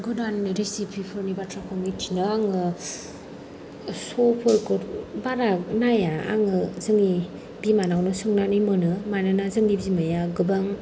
गोदान रेसिपिफोरनि बाथ्राखौ मिन्थिनो आङो श'फोरखौ बारा नाया आङो जोंनि बिमानावनो सोंनानै मोनो मानोना जोंनि बिमाया गोबां